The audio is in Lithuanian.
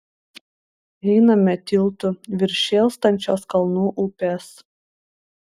einame tiltu virš šėlstančios kalnų upės